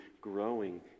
growing